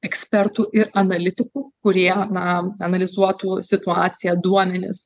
ekspertų ir analitikų kurie na analizuotų situaciją duomenis